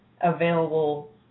available